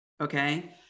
Okay